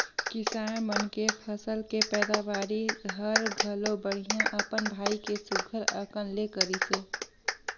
किसान मन के फसल के पैदावरी हर घलो बड़िहा अपन भाई के सुग्घर अकन ले करिसे